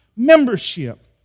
membership